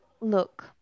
look